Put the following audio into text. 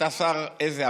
אתה שר, איזה?